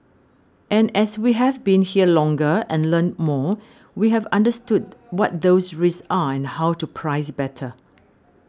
and as we have been here longer and learnt more we have understood what those risks are and how to price better